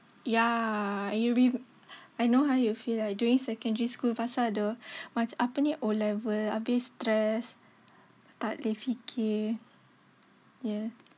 ya I re~ I know how you feel like during secondary school pastu ada apa O level abeh stress takle fikir yeah